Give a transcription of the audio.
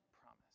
promise